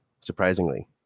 surprisingly